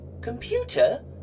Computer